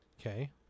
Okay